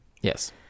Yes